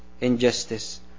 injustice